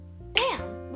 bam